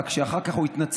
רק שאחר כך הוא התנצל,